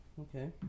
Okay